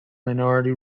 minority